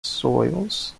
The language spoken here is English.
soils